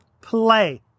play